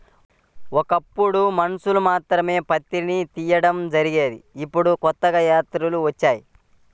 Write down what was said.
ఒకప్పుడు మనుషులు మాత్రమే పత్తిని తీయడం జరిగేది ఇప్పుడు కొత్తగా యంత్రాలు వచ్చాయి